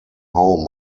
home